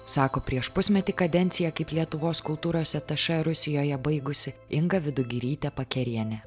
sako prieš pusmetį kadenciją kaip lietuvos kultūros atašė rusijoje baigusi inga vidugirytė pakerienė